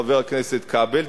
חבר הכנסת כבל.